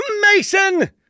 Mason